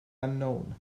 unknown